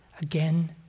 again